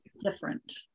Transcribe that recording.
different